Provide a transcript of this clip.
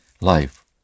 Life